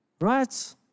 Right